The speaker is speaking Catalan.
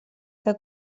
que